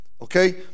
Okay